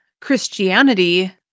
Christianity